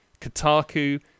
Kotaku